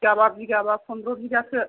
बिगाबा बिगाबा फन्द्र बिगासो